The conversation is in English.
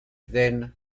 then